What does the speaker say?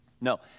No